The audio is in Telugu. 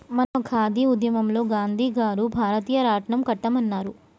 మన ఖాదీ ఉద్యమంలో గాంధీ గారు భారతీయ రాట్నం కట్టమన్నారు